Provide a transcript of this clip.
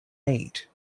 eight